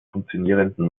funktionierenden